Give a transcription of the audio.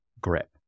grip